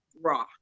raw